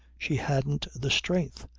she hadn't the strength.